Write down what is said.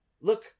Look